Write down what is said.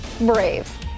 brave